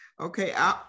Okay